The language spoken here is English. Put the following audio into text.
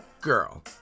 girl